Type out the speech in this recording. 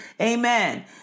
Amen